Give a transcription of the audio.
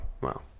wow